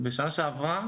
בשנה שעברה